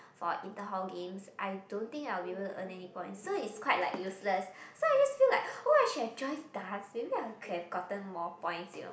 for inter hall games I don't think I will be able to earn any points so it's quite like useless so I just feel like !wah! I should have joined dance maybe I could have gotten more points you know